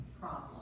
problem